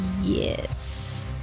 Yes